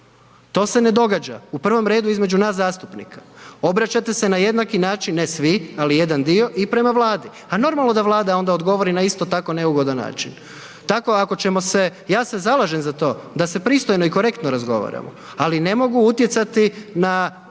To se ne događa, u prvom redu između nas zastupnika. Obraćate se na jednaki način, ne svi ali jedan dio i prema Vladi. A normalno da Vlada onda odgovori na isto tako neugodan način. Tako ako ćemo se, ja se zalažem za to da se pristojno i korektno razgovaramo ali ne mogu utjecati na